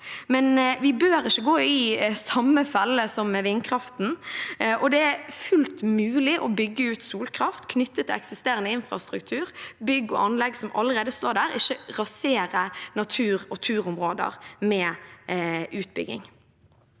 men vi bør ikke gå i samme felle som med vindkraften. Det er fullt mulig å bygge ut solkraft knyttet til eksisterende infrastruktur – bygg og anlegg som allerede står der – og ikke rasere natur og turområder med utbygging.